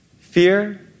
Fear